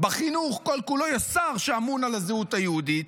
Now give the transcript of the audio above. בחינוך כל-כולו יש שר שאמון על הזהות היהודית.